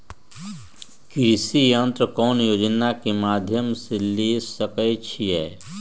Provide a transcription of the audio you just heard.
कृषि यंत्र कौन योजना के माध्यम से ले सकैछिए?